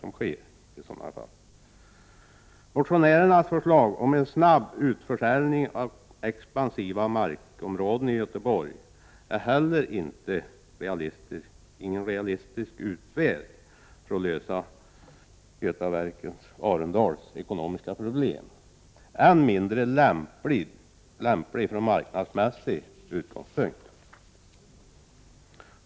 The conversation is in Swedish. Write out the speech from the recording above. Motionärernas förslag om en snabb utförsäljning av expansiva markområden i Göteborg är inte heller en realistisk utväg för att lösa Götaverken Arendals 151 ekonomiska problem, än mindre lämpligt från marknadsmässig utgångspunkt.